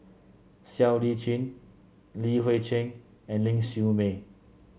Siow Lee Chin Li Hui Cheng and Ling Siew May